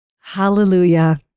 Hallelujah